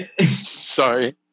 Sorry